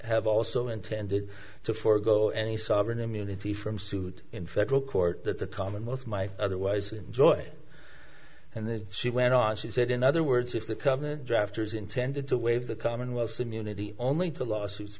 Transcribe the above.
have also intended to forego any sovereign immunity from suit in federal court that the commonwealth my otherwise enjoy and then she went on she said in other words if the covenant drafters intended to waive the commonwealth's immunity only to lawsuits